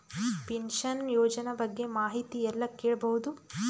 Pension ಯೋಜನ ಬಗ್ಗೆ ಮಾಹಿತಿ ಎಲ್ಲ ಕೇಳಬಹುದು?